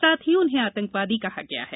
साथ ही उन्हें आतंकवादी कहा गया है